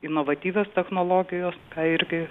inovatyvios technologijos ką irgi